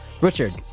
Richard